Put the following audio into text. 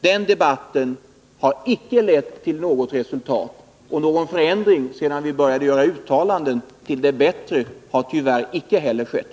Den debatten har icke lett till något resultat, och någon förändring till det bättre sedan riksdagen började göra uttalanden har tyvärr icke heller skett.